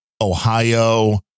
Ohio